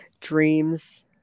dreams